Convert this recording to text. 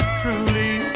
truly